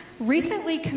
Recently